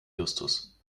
justus